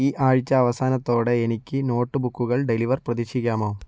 ഈ ആഴ്ച അവസാനത്തോടെ എനിക്ക് നോട്ട് ബുക്കുകൾ ഡെലിവർ പ്രതീക്ഷിക്കാമോ